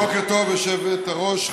בוקר טוב, היושבת-ראש.